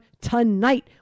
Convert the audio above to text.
tonight